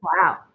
Wow